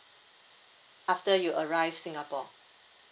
after you arrive singapore